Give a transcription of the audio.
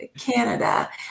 Canada